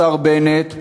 השר בנט,